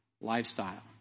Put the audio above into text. lifestyle